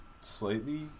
slightly